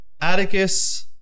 Atticus